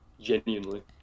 genuinely